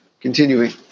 Continuing